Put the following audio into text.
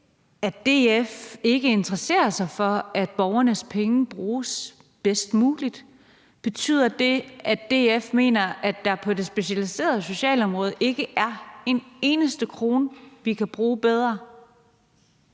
at DF ikke interesserer sig for, at borgernes penge bruges bedst muligt? Betyder det, at DF mener, at der på det specialiserede socialområde ikke er en eneste krone, vi kan bruge bedre?